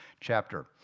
chapter